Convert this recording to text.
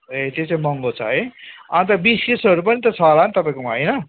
ए त्यो चाहिँ महँगो छ है अन्त बिस्किट्सहरू पनि त छ होला नि तपाईँकोमा होइन